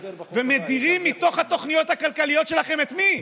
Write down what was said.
ומדירים מתוך התוכניות הכלכליות שלכם, את מי?